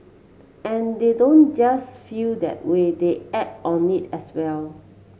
and they don't just feel that way they act on it as well